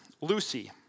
Lucy